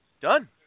Done